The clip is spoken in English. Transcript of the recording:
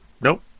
Nope